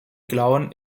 klauen